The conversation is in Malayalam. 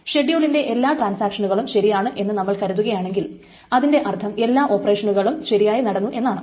ഷെഡ്യൂളിന്റെ എല്ലാ ട്രാൻസാക്ഷനുകളും ശരിയാണ് എന്ന് നമ്മൾ കരുതുകയാണെങ്കിൽ അതിൻറെ അർത്ഥം എല്ലാ ഓപ്പറേഷനുകളും ശരിയായി നടന്നു എന്നാണ്